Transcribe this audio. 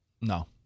No